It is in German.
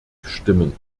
stimmen